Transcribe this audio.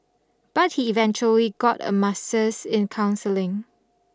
but he eventually got a master's in counselling